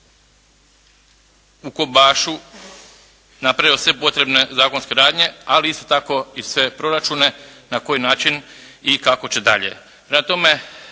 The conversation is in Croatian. u Kobašu napravio sve potrebne zakonske radnje ali isto tako i sve proračune na koji način i kako će dalje.